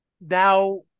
now